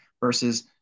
versus